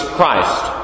Christ